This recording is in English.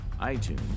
iTunes